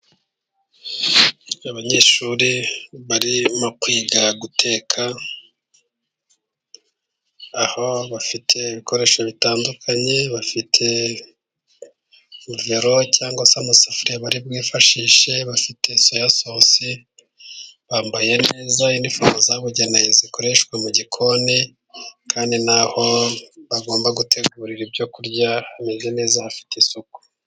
Abanyeshuri barimo kwiga guteka aho bafite ibikoresho bitandukanye bafite movero cyangwa se amasafuriya bari bwifashishe bafite soya sosi, bambaye neza inifomo zabugenewe zikoreshwa mu gikoni kandi naho bagomba gutegurira ibyo kurya hameze neza hafite isuku.